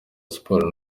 siporo